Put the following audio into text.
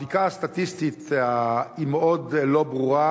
הבדיקה הסטטיסטית היא מאוד לא ברורה,